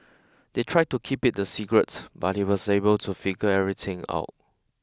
they tried to keep it a secret but he was able to figure everything out